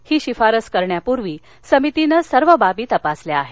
ही शिफारस करण्यापूर्वी समितीने सर्व बाबी तपासल्या आहेत